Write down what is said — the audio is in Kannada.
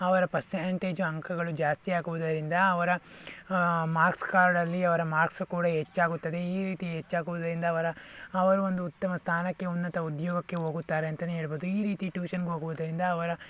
ಅವರ ಪರ್ಸಂಟೇಜ್ ಅಂಕಗಳು ಜಾಸ್ತಿಯಾಗುವುದರಿಂದ ಅವರ ಮಾರ್ಕ್ಸ್ಕಾರ್ಡಲ್ಲಿ ಅವರ ಮಾರ್ಕ್ಸ್ ಕೂಡ ಹೆಚ್ಚಾಗುತ್ತದೆ ಈ ರೀತಿ ಹೆಚ್ಚಾಗುವುದರಿಂದ ಅವರ ಅವರು ಒಂದು ಉತ್ತಮ ಸ್ಥಾನಕ್ಕೆ ಉನ್ನತ ಉದ್ಯೋಗಕ್ಕೆ ಹೋಗುತ್ತಾರೆ ಅಂತನೇ ಹೇಳ್ಬೋದು ಈ ರೀತಿ ಟ್ಯೂಷನ್ಗೆ ಹೋಗುವುದರಿಂದ ಅವರ